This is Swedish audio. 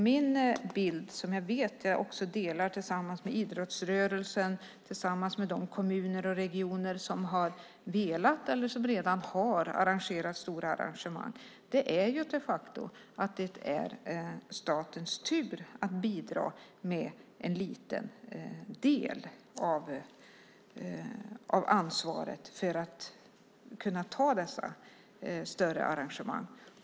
Min bild, som jag vet att jag delar med idrottsrörelsen och de kommuner och regioner som har velat arrangera eller som redan har arrangerat stora evenemang, är att det är statens tur att bidra med att ta en liten del av ansvaret för dessa större arrangemang.